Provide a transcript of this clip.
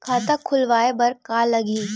खाता खुलवाय बर का का लगही?